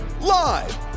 live